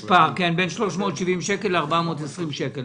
יש פער בין 370 שקל ל-420 שקל.